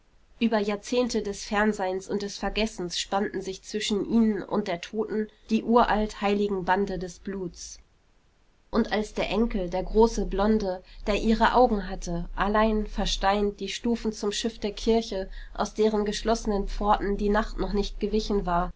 über jahrzehnte des fernseins und des vergessens spannten sich zwischen ihnen und der toten die uralt heiligen bande des bluts und als der enkel der große blonde der ihre augen hatte allein versteint die stufen zum schiff der kirche aus deren geschlossenen pforten die nacht noch nicht gewichen war